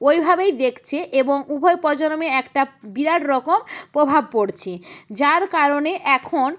ওইভাবেই দেখছে এবং উভয় প্রজন্মে একটা বিরাট রকম প্রভাব পড়ছে যার কারণে এখন